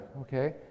okay